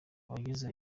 abagize